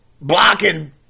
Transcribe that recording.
blocking